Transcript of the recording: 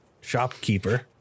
shopkeeper